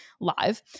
live